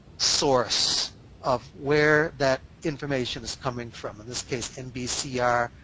source of where that information is coming from, in this case, mbcr,